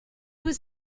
was